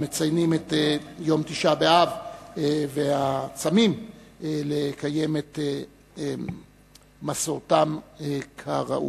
המציינים את יום תשעה באב והצמים לקיים את מסורתם כראוי.